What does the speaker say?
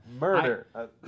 Murder